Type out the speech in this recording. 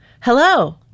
Hello